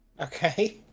okay